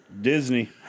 Disney